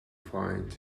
find